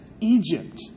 Egypt